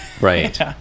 Right